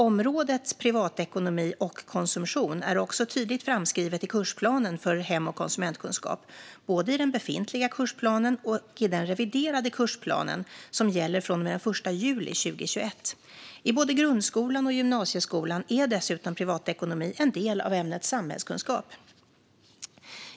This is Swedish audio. Området privatekonomi och konsumtion är också tydligt framskrivet i kursplanen för hem och konsumentkunskap, både i den befintliga kursplanen och i den reviderade kursplan som gäller från och med den 1 juli 2021. I både grundskolan och gymnasieskolan är privatekonomi dessutom en del av ämnet samhällskunskap.